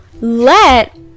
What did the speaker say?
let